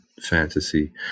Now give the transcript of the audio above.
fantasy